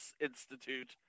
Institute